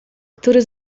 który